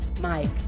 Mike